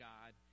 God